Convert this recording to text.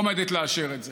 עומדת לאשר את זה.